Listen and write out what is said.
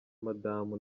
madamu